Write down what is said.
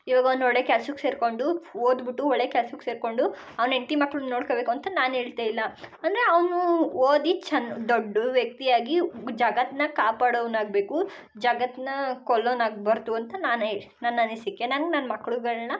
ಇವಾಗ ನೋಡಿ ಕೆಲ್ಸಕ್ಕೆ ಸೇರಿಕೊಂಡು ಓದ್ಬಿಟ್ಟು ಒಳ್ಳೆಯ ಕೆಲ್ಸಕ್ಕೆ ಸೇರಿಕೊಂಡು ಅವ್ನ ಹೆಂಡ್ತಿ ಮಕ್ಳನ್ನ ನೋಡ್ಕೋಬೇಕು ಅಂತ ನಾನು ಹೇಳ್ತಾ ಇಲ್ಲ ಅಂದರೆ ಅವನು ಓದಿ ಛನ್ ದೊಡ್ಡ ವ್ಯಕ್ತಿ ಆಗಿ ಜಗತ್ತನ್ನ ಕಾಪಾಡವ್ನು ಆಗಬೇಕು ಜಗತ್ತನ್ನ ಕೊಲ್ಲೋವ್ನು ಆಗಬಾರ್ದು ಅಂತ ನಾನು ಹೆ ನನ್ನ ಅನಿಸಿಕೆ ನನ್ಗೆ ನನ್ನ ಮಕ್ಕಳುಗಳ್ನ